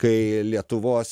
kai lietuvos